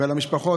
ולמשפחות,